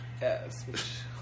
Yes